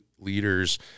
leaders